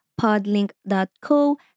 podlink.co